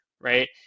right